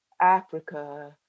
Africa